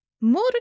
More